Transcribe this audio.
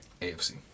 AFC